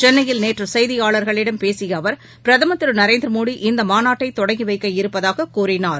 சென்னையில் நேற்று செய்தியாளா்களிடம் பேசிய அவா் பிரதமா் திரு நரேந்திர மோடி இந்த மாநாட்டை தொடங்கி வைக்க இருப்பதாக கூறினார்